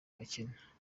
abakene